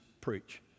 preach